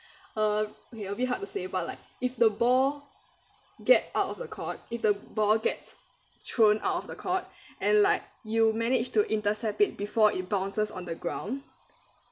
uh okay it'll be hard to say but like if the ball get out of the court if the ball gets thrown out of the court and like you managed to intercept it before it bounces on the ground